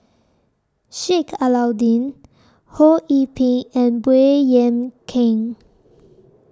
Sheik Alau'ddin Ho Yee Ping and Baey Yam Keng